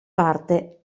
parte